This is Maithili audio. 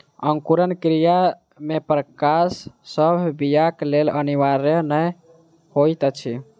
अंकुरण क्रिया मे प्रकाश सभ बीयाक लेल अनिवार्य नै होइत अछि